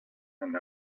and